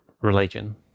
religion